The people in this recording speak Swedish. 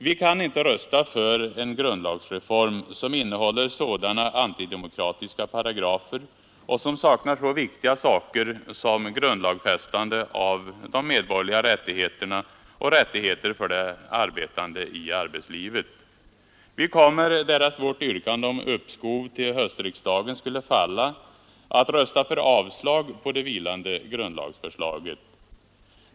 Vi kan inte rösta för en grundlagsreform som innehåller sådana antidemokratiska paragrafer och som saknar så viktiga saker som grundlagsfästande av de medborgerliga rättigheterna och rättigheter för de arbetande i arbetslivet. Vi kommer, därest vårt yrkande om uppskov till höstriksdagen skulle falla, att rösta för avslag på det vilande grundlagsförslaget.